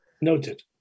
Noted